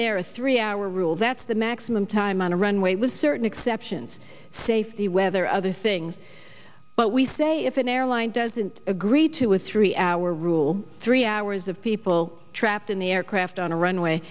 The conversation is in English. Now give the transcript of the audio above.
there a three hour rule that's the maximum time on a runway with certain exceptions safety whether other things but we say if an airline doesn't agree to a three hour rule three hours of people trapped in the aircraft on a runway